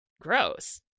gross